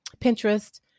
Pinterest